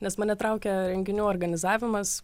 nes mane traukė renginių organizavimas